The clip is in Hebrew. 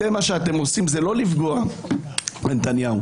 אתם לא פוגעים בנתניהו